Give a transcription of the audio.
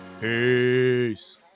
Peace